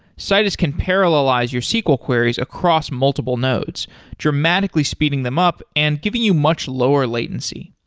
citus can parallelize your sql queries across multiple nodes dramatically speeding them up and giving you much lower latency.